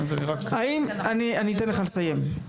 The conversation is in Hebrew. אני אתן לך לסיים.